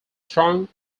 strong